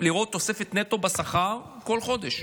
לראות תוספת נטו בשכר בכל חודש.